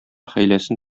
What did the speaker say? хәйләсен